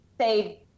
say